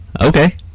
okay